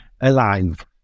alive